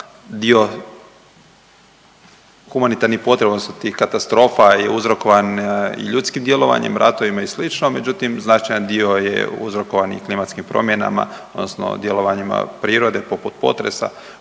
dio humanitarnih potreba odnosno tih katastrofa je uzrokovan i ljudskim djelovanjem, ratovima i slično, međutim značajan dio je uzrokovan i klimatskim promjenama odnosno djelovanjima prirode poput potresa